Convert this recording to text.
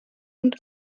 und